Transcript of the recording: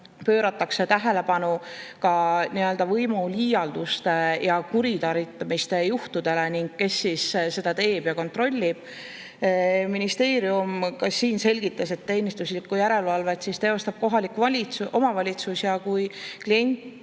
pööratakse tähelepanu võimuliialduste ja kuritarvitamiste juhtudele ning kes seda kontrollib. Minister selgitas, et teenistuslikku järelevalvet teostab kohalik omavalitsus ja kui klient